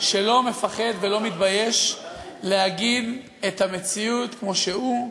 שלא מפחד ולא מתבייש להגיד את המציאות כמו שהיא,